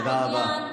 תודה רבה.